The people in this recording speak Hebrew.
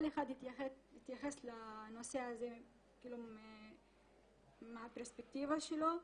כל אחד התייחס לנושא הזה מהפרספקטיבה שלו.